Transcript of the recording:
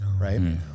Right